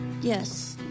Yes